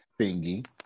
thingy